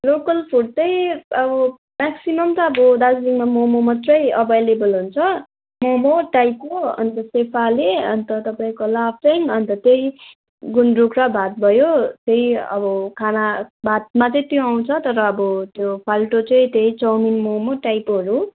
local food त्यही अब maximum त अब दार्जिलिङमा मोमो मात्रै अभाएलेबल हुन्छ मोमो टाइपो अनि त्यसपछि फाले अन्त तपाईँको लापिङ अन्त त्यही गुन्द्रुक र भात भयो त्यही अब खाना भातमा चाहिँ त्यो आउँछ तर अब त्यो फाल्टु चाहिँ त्यही चाउमिन मोमो टाइपोहरू